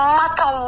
matter